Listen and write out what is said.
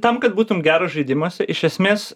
tam kad būtum geras žaidimuose iš esmės